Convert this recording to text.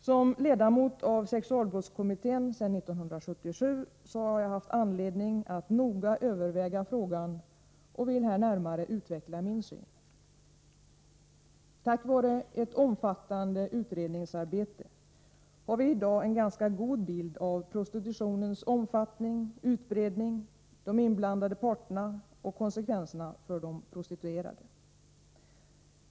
Som ledamot av sexualbrottskommittén sedan 1977 har jag haft anledning att noga överväga frågan och vill här närmare utveckla min syn. Tack vare ett omfattande utredningsarbete har vi i dag en ganska god bild av prostitutionens omfattning och utbredning, de inblandade parterna och konsekvenserna för de prostituerade.